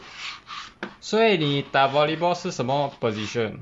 所以你打 volleyball 是什么 position